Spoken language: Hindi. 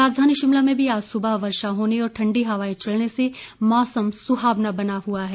राजधानी शिमला में भी आज सुबह वर्षा होने और ठंडी हवाएं चलने से मौसम सुहावना बना हुआ है